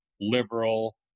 liberal